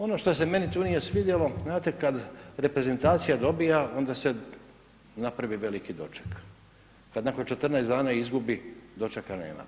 Ono što se meni tu nije svidjelo, znate kad reprezentacija dobija onda se napravi veliki doček, kad nakon 14 dana izgubi dočekana je